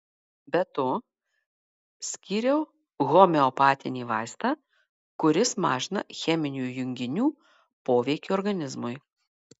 be to skyriau homeopatinį vaistą kuris mažina cheminių junginių poveikį organizmui